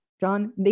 John